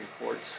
reports